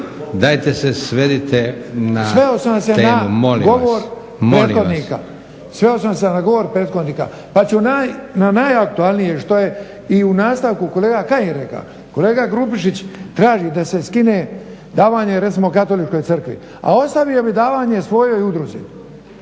vas, molim vas./… Sveo sam se na govor prethodnika, pa ću na najaktualnije što je i u nastavku kolega Kajin rekao. Kolega Grubišić traži da se skine davanje recimo katoličkoj crkvi, a ostavio bih davanje svojoj udruzi